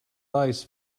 eyes